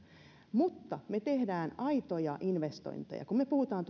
mutta me teemme aitoja investointeja kun me puhumme